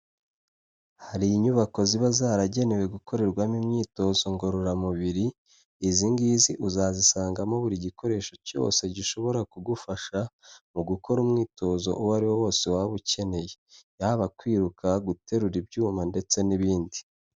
Hari inyubako ziba zaragenewe gukorerwamo imyitozo ngororamubiri izi ngizi uzazisangamo buri gikoresho cyose gishobora kugufasha mu gukora umwitozo uwo ari wose waba ukeneye yaba kwiruka, guterura ibyuma ndetse n'ibindi.